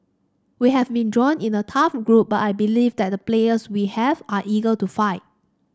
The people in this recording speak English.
we have been drawn in a tough group but I believe that the players we have are eager to fight